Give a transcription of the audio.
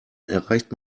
erreicht